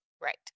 Right